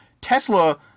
Tesla